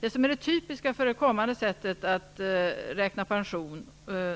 Det som är det typiska för det kommande sättet att räkna pension